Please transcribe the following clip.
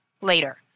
later